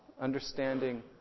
understanding